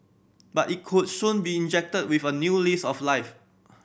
but it could soon be injected with a new lease of life